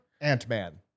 Ant-Man